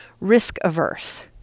risk-averse